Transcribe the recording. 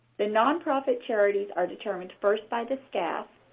the nonprofit charities are determined first by the staff.